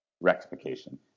rectification